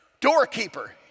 doorkeeper